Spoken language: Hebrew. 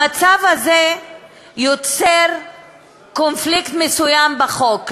המצב הזה יוצר קונפליקט מסוים בחוק.